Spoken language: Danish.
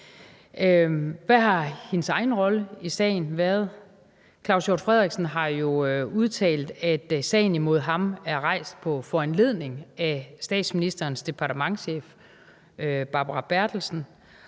Hvad har hendes egen rolle i sagen været? Claus Hjort Frederiksen har jo udtalt, at sagen mod ham er rejst på foranledning af statsministerens departementschef, Barbara Bertelsen.